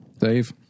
Dave